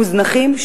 מוזנחים,